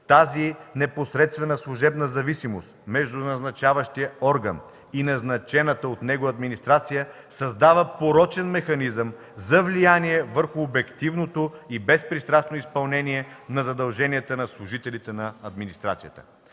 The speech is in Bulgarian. Тази непосредствена служебна зависимост между назначаващия орган и назначената от него администрация създава порочен механизъм за влияние върху обективното и безпристрастно изпълнение на задълженията на служителите от администрацията.